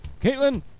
Caitlin